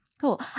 Cool